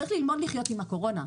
צריך ללמוד לחיות עם הקורונה.